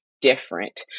different